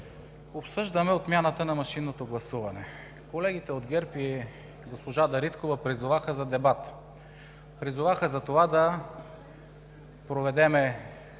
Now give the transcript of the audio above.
Обсъждаме отмяната на машинното гласуване. Колегите от ГЕРБ и госпожа Дариткова призоваха за дебат, призоваха за това да проведем